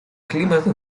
климата